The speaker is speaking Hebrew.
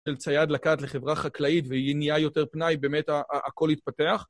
של צייד לקט לחברה חקלאית והיא נהיה יותר פנאי, באמת הכל התפתח.